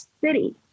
city